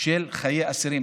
של חיי אסירים?